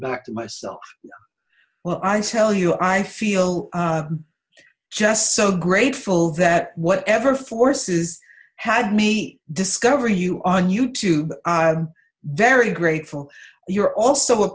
back to myself well i tell you i feel just so grateful that whatever forces had me discover you on you tube i am very grateful you're also a